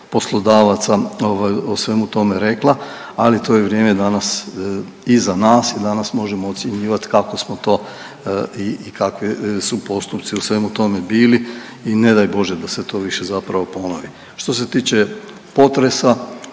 poslodavaca ovaj o svemu tome rekla, ali to je vrijeme danas iza nas i danas možemo ocjenjivat kako smo to i kakvi su postupci u svemu tome bili i ne daj Bože da se to više zapravo ponovi. Što se tiče potresa